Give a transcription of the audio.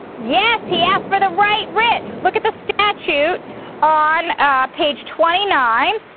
yes, he asked for the right writ. look at the statute on page twenty nine.